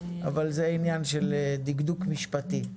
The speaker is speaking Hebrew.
אבל זה עניין של דקדוק משפטי.